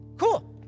cool